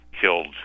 killed